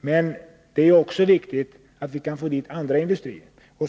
Men det är också viktigt att vi kan få dit andra industrier.